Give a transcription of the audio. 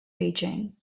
beijing